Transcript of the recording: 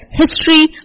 history